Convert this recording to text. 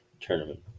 Tournament